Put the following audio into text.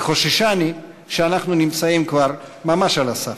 כי חוששני שאנחנו נמצאים כבר ממש על הסף.